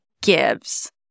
gives